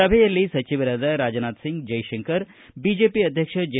ಸಭೆಯಲ್ಲಿ ಸಚಿವರುಗಳಾದ ರಾಜ್ನಾಥ್ ಸಿಂಗ್ ಜೈಶಂಕರ್ ಬಿಜೆಪಿ ಅಧ್ಯಕ್ಷ ಜೆ